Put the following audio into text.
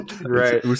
right